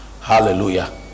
hallelujah